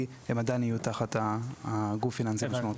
הן עדיין יהיו תחת הגוף הפיננסי המשמעותי.